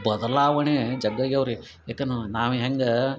ಬದಲಾವಣೆ ಜಗ್ ಆಗೇವ ರೀ ಯಾಕೇನ ನಾವು ಹೆಂಗೆ